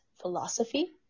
philosophy